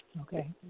Okay